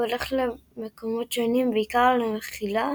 והולך למקומות שונים – בעיקר ל"מחילה",